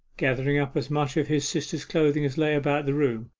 gathering up as much of his sister's clothing as lay about the room,